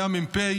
היה מ"פ,